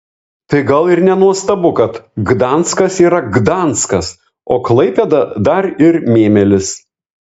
tai gal ir nenuostabu kad gdanskas yra gdanskas o klaipėda dar ir mėmelis